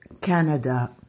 Canada